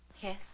Yes